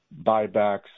buybacks